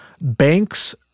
banks